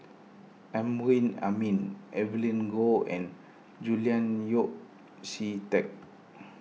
Amrin Amin Evelyn Goh and Julian Yeo See Teck